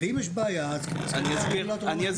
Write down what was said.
ואם יש בעיה --- אני אסביר.